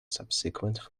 subsequent